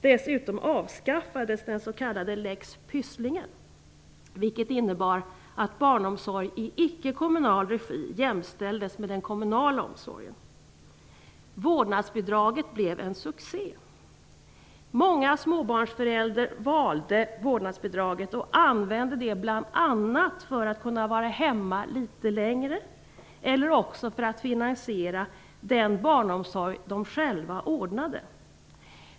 Dessutom avskaffades den s.k. lex Pysslingen, vilket innebar att barnomsorg i icke kommunal regi jämställdes med den kommunala omsorgen. Vårdnadsbidraget blev en succé. Många småbarnsföräldrar valde vårdnadsbidraget och använde det bl.a. för att kunna vara hemma litet längre eller också för att finansiera den barnomsorg de själva ordnade.